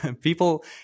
people